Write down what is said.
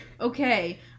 okay